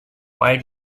might